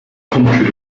country